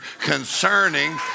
concerning